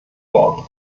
worden